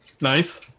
Nice